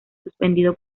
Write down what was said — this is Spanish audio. suspendido